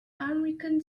american